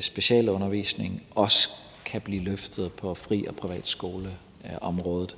specialundervisning også kan blive løftet på fri- og privatskoleområdet.